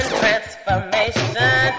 transformation